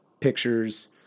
Pictures